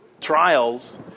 Trials